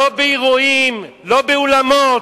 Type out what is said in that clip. לא באירועים, לא באולמות.